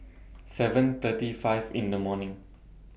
seven thirty five in The morning